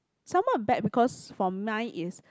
somewhat bad because for mine is